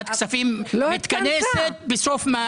ועדת הכספים מתכנסת בסוף מאי.